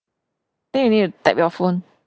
think you need to tap your phone